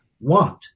want